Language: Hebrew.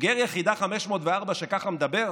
בוגר יחידה 504 שככה מדבר?